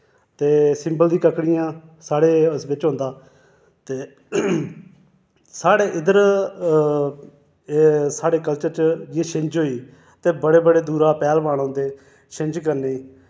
ते सिम्बल दी ककड़ियां साढ़े उस बिच्च होंदा ते साढ़े इद्दर एह् साढ़े कल्चर च जि'यां छिंज होई ते बड़े बड़े दुरा पैह्लवान औंदे छिंज करने